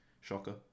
Shocker